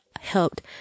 helped